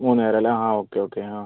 മൂന്ന് നേരം അല്ലേ ആ ഓക്കെ ഓക്കെ ആ